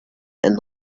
and